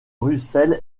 russell